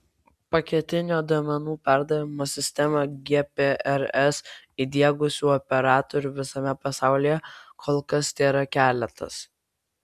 paketinio duomenų perdavimo sistemą gprs įdiegusių operatorių visame pasaulyje kol kas tėra keletas